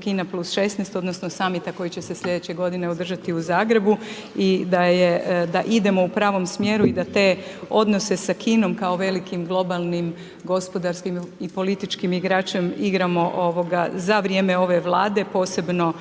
Kina plus 16 odnosno samita koji će se slijedeće godine održati u Zagrebu i da idemo u pravom smjeru i da te odnose sa Kinom kao velikim globalnim gospodarskim i političkim igračem igramo za vrijeme ove vlade, posebno